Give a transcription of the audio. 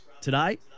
today